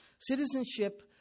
Citizenship